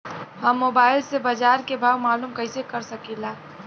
हम मोबाइल से बाजार के भाव मालूम कइसे कर सकीला?